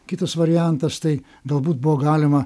kitas variantas tai galbūt buvo galima